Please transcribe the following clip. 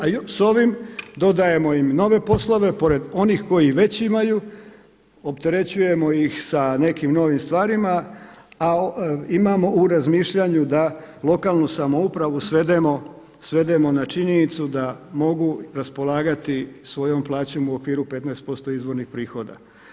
A s ovim dodajemo im nove poslove pored onih kojih već imaju, opterećujemo ih sa nekim novim stvarima, a imamo u razmišljanju da lokalnu samoupravu svedemo na činjenicu da mogu raspolagati svojom plaćom u okviru 15% izvornih prihoda.